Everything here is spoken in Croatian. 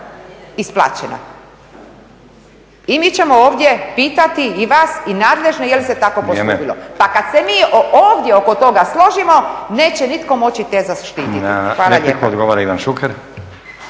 isplaćena. I mi ćemo ovdje pitati i vas i nadležne jel' se tako postupilo. …/Upadica Stazić: Vrijeme./… Pa kad se mi ovdje oko toga složimo neće nitko moći te zaštititi. Hvala lijepa.